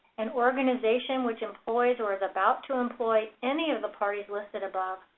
an organization which employs or is about to employ any of the parties listed above.